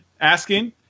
asking